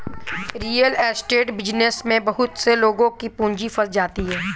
real estate business में बहुत से लोगों की पूंजी फंस जाती है